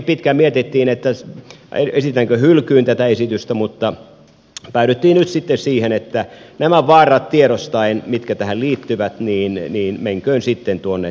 me keskustalaisetkin pitkään mietimme esitänkö hylkyyn tätä esitystä mutta päädyttiin nyt sitten siihen että tiedostaen nämä vaarat mitkä tähän liittyvät menköön sitten tuonne tekesin yhteyteen